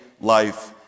life